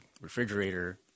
refrigerator